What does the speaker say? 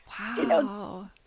wow